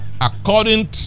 according